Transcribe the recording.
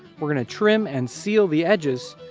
we're going to trim and seal the edges.